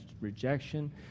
rejection